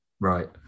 Right